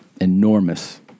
enormous